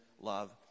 love